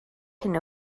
hyn